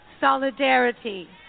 solidarity